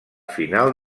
final